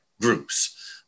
groups